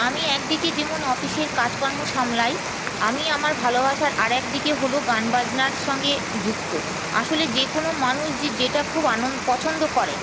আমি একদিকে যেমন অফিসের কাজকর্ম সামলাই আমি আমার ভালোবাসার আরেক দিকে হলো গান বাজনার সঙ্গে যুক্ত আসলে যে কোন মানুষ যে যেটা খুব আনন পছন্দ করে